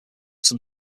some